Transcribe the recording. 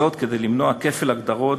זאת, כדי למנוע כפל הגדרות